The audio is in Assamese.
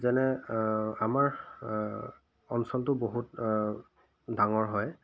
যেনে আমাৰ অঞ্চলটো বহুত ডাঙৰ হয়